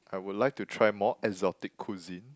I would like to try more exotic cuisine